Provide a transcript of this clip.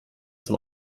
zum